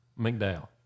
McDowell